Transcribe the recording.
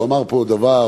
הוא אמר פה דבר,